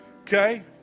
Okay